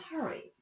hurry